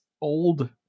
old